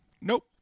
Nope